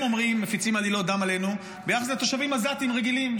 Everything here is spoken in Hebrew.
הם מפיצים עלילות דם עלינו ביחס לתושבים עזתים רגילים,